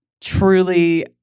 truly